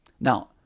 Now